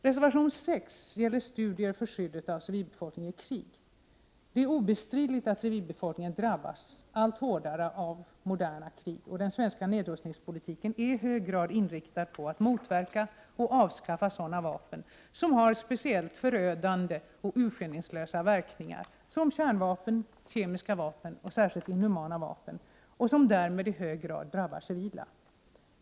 Det är obestridligt att civilbefolkningen drabbas allt hårdare av moderna krig. Den svenska nedrustningspolitiken är i hög grad inriktad på att motverka och avskaffa sådana vapen som har speciellt förödande och urskillningslösa verkningar, som kärnvapen, kemiska vapen och särskilt inhumana vapen, och därmed i hög grad drabbar civila.